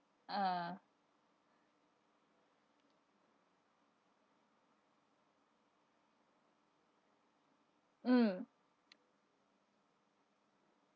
ah mm